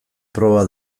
proba